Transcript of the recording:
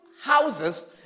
houses